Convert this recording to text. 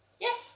yes